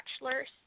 bachelor's